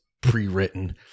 pre-written